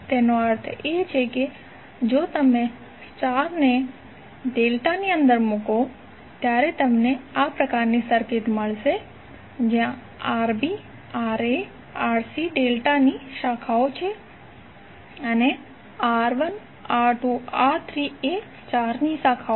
તેનો અર્થ એ છે કે જો તમે સ્ટારને ડેલ્ટાની અંદર મુકો ત્યારે તમને આ પ્રકારની સર્કિટ મળશે જ્યાં Rb Ra Rc ડેલ્ટાની શાખાઓ છે અને R1 R2 R3 એ સ્ટારની શાખાઓ છે